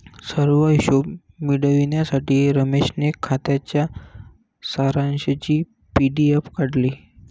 सर्व हिशोब मिळविण्यासाठी रमेशने खात्याच्या सारांशची पी.डी.एफ काढली